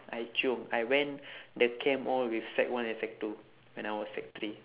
I chiong I went the camp all with sec one and sec two when I was sec three